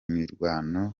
mirwano